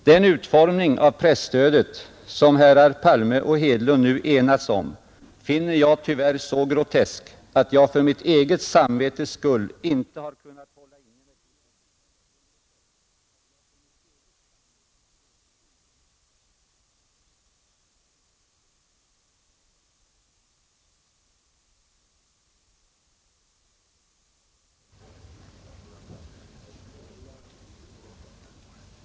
Den utformning av presstödet som herrar Palme och Hedlund nu har enats om finner jag tyvärr så grotesk att jag för mitt eget samvetes skull inte har kunnat hålla inne med kritiken mot detta förslag, som jag anser vara en plump i protokollet till 1971 års riksdag.